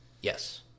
Yes